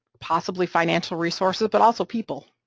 possibly financial resources, but also people,